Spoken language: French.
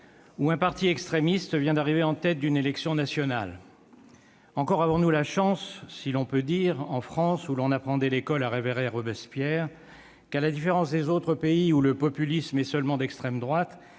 où un parti extrémiste vient d'arriver en tête d'une élection nationale. Encore avons-nous la chance, si l'on peut dire, dans notre pays où l'on apprend dès l'école à révérer Robespierre, que, à la différence des autres pays, où le populisme est seulement d'extrême droite,